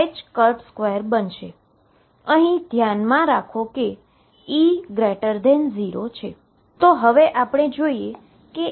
anti symmetric wave function શું છે